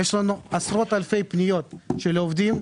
יש לנו עשרות אלפי פניות של עובדים,